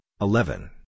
eleven